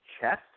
chest